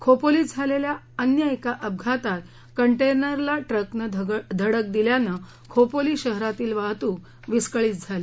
खोपोलीत झालेल्या अन्य एका अपघातात कंटेनरला ट्रकनं धडक दिल्याने खोपोली शहरातील वाहतूक विस्कळीत झाली